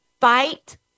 fight